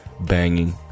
Banging